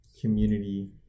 community